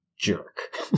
Jerk